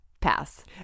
Pass